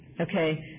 okay